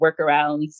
workarounds